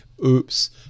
Oops